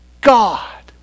God